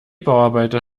bauarbeiter